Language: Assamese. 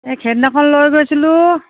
সেইদিনাখন লৈ গৈছিলোঁ